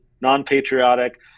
non-patriotic